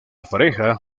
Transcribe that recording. pareja